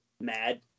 mad